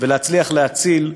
ולהצליח להציל,